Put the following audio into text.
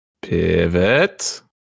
Pivot